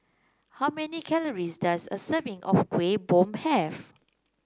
how many calories does a serving of Kuih Bom have